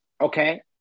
Okay